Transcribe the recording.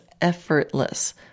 effortless